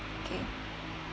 okay